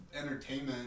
entertainment